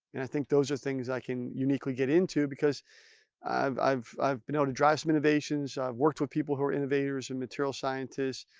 and i think, those are things, i can uniquely get into, because i've i've been able to drive some innovations. i've worked with people, who are innovators and material scientists.